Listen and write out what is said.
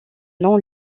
non